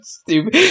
stupid